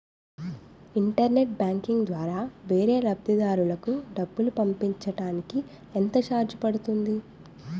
Internet banking ద్వారా వేరే లబ్ధిదారులకు డబ్బులు పంపించటానికి ఎంత ఛార్జ్ పడుతుంది?